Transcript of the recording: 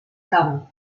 camp